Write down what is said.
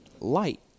Light